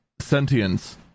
sentience